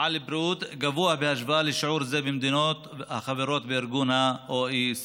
על בריאות גבוה בהשוואה לשיעור זה במדינות החברות בארגון ה-OECD.